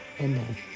Amen